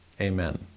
Amen